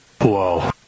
Whoa